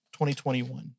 2021